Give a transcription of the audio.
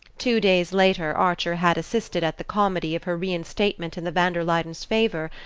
two days later archer had assisted at the comedy of her reinstatement in the van der luydens' favour,